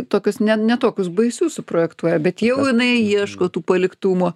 tokius ne ne tokius baisius suprojektuoja bet jau jinai ieško tų paliktumo